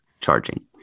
charging